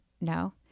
No